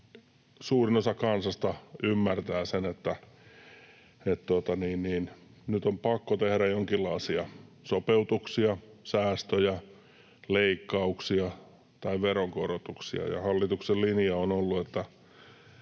suurin osa kansasta ymmärtää sen, että nyt on pakko tehdä jonkinlaisia sopeutuksia, säästöjä, leikkauksia tai veronkorotuksia, ja hallituksen linja on ollut, että